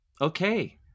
okay